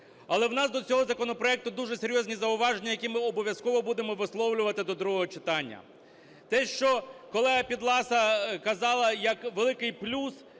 Але в нас до цього законопроекту дуже серйозні зауваження, які ми обов'язково будемо висловлювати до другого читання. Те, що колега Підласа казала як великий плюс,